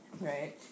Right